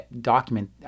document